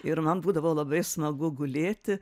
ir man būdavo labai smagu gulėti